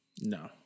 No